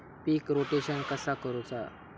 पीक rotation कसा करूचा?